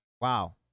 Wow